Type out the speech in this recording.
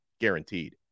guaranteed